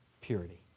purity